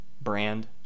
brand